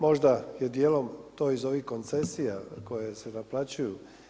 Možda je dijelom to iz ovih koncesija koje se naplaćuju.